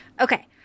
Okay